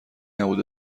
نبود